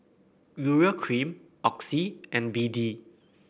Urea Cream Oxy and B D